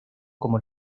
como